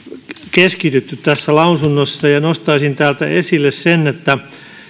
keskitytty tässä lausunnossa ja nostaisin täältä esille sen että